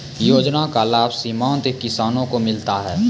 योजना का लाभ सीमांत किसानों को मिलता हैं?